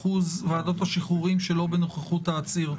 אחוז ועדות השחרורים שלא בנוכחות העציר.